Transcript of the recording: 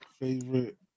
favorite